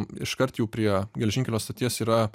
iškart jau prie geležinkelio stoties yra